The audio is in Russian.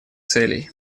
целей